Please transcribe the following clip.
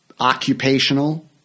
occupational